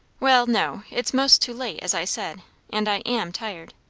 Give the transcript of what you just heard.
well, no it's most too late, as i said and i am tired.